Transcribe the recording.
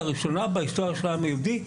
לראשונה בהיסטוריה של העם היהודי,